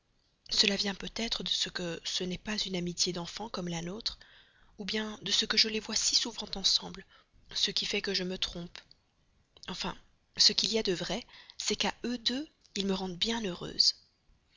cela vient peut-être de ce que ce n'est pas une amitié d'enfant comme la nôtre ou bien de ce que je les vois si souvent ensemble ce qui fait que je me trompe enfin ce qu'il y a de vrai c'est qu'à eux deux ils me rendent bien heureuse